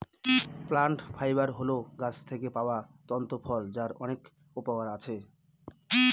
plant fibre হল গাছ থেকে পাওয়া তন্তু ফল যার অনেক উপকরণ আছে